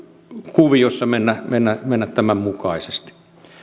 kuviossa mennä mennä tämän mukaisesti